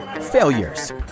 failures